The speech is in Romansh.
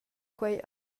quei